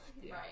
Right